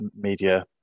media